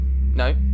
no